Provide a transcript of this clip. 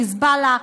חיזבאללה,